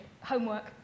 homework